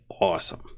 awesome